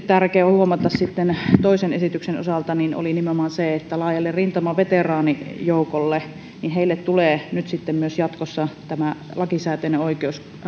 tärkeää on huomata sitten toisen esityksen osalta on nimenomaan se että laajalle rintamaveteraanijoukolle tulee jatkossa tämä lakisääteinen oikeus